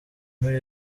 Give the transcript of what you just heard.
muri